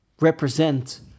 represent